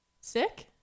sick